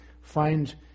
find